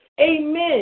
Amen